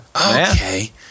Okay